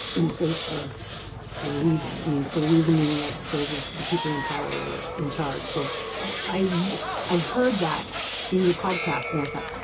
in place for for a reason, i mean for a reason meaning that those ah people in power were in charge. so i i heard that in your podcast and i thought